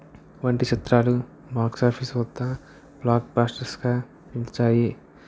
వంటి చిత్రాలు box office వద్ద బ్లాక్బాస్టర్స్గా నిలిచాయి